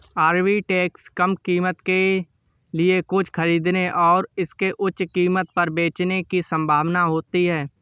arbitrage कम कीमत के लिए कुछ खरीदने और इसे उच्च कीमत पर बेचने की संभावना होती है